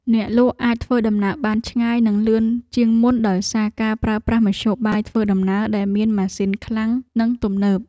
អ្នកលក់អាចធ្វើដំណើរបានឆ្ងាយនិងលឿនជាងមុនដោយសារការប្រើប្រាស់មធ្យោបាយធ្វើដំណើរដែលមានម៉ាស៊ីនខ្លាំងនិងទំនើប។